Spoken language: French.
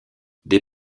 des